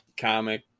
Comic